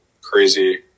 crazy